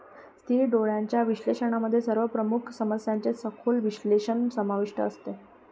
स्थिर डोळ्यांच्या विश्लेषणामध्ये सर्व प्रमुख समस्यांचे सखोल विश्लेषण समाविष्ट असते